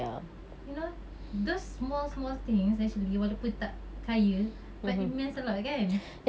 you know those small small things actually walaupun tak kaya but it means a lot kan